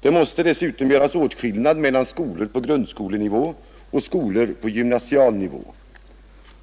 Det måste dessutom göras åtskillnad mellan skolor på grundskolenivå och skolor på gymnasial nivå.